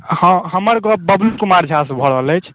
हमर गप बबलू कुमार झासंँ भए रहल अछि